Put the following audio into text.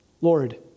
Lord